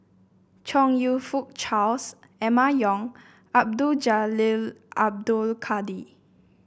Chong You Fook Charles Emma Yong Abdul Jalil Abdul Kadir